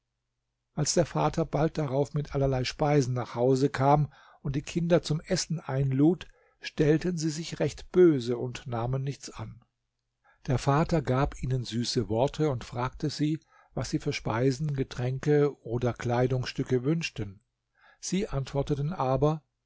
als der vater bald darauf mit allerlei speisen nach hause kam und die kinder zum essen einlud stellten sie sich recht böse und nahmen nichts an der vater gab ihnen süße worte und fragte sie was sie für speisen getränke oder kleidungsstücke wünschten sie antworteten aber